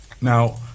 Now